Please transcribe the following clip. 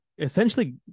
essentially